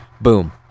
Boom